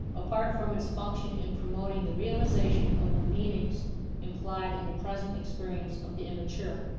apart from its function in promoting the realization of the meanings implied in the present experience of the immature.